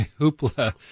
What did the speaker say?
hoopla